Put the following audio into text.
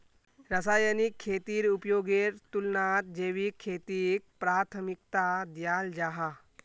रासायनिक खेतीर उपयोगेर तुलनात जैविक खेतीक प्राथमिकता दियाल जाहा